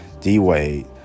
D-Wade